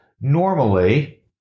Normally